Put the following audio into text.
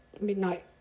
midnight